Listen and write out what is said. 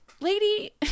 lady